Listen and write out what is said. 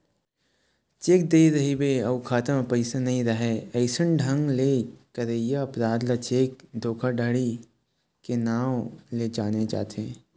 cheque दे रहिबे अउ खाता म पइसा नइ राहय अइसन ढंग ले करइया अपराध ल चेक धोखाघड़ी के नांव ले जाने जाथे